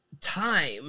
time